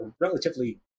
relatively